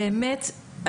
באמת,